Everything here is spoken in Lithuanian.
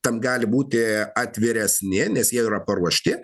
tam gali būti atviresni nes jie yra paruošti